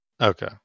Okay